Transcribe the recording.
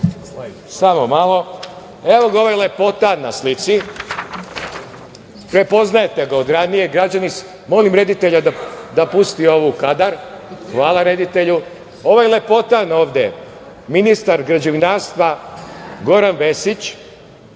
samo malo. Evo ga ovaj lepotan na slici. Prepoznajete ga od ranije, građani, molim reditelja da pusti ovo u kadar, hvala reditelju, ovaj lepotan ovde, ministar građevinarstva, Goran Vesić